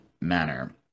manner